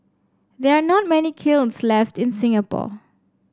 there are not many kilns left in Singapore